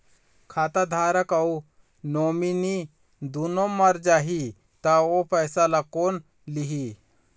खाता धारक अऊ नोमिनि दुनों मर जाही ता ओ पैसा ला कोन लिही?